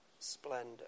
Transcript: Splendor